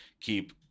keep